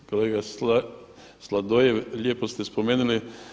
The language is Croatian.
Kolega Sladovljev, lijepo ste spomenuli.